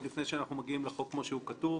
לפני שאנחנו מגיעים לחוק כמו שהוא כתוב.